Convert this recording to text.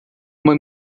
uma